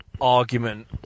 argument